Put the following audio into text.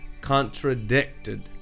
contradicted